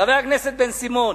חבר הכנסת בן-סימון,